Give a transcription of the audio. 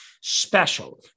special